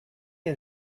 and